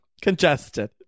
Congested